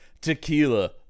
tequila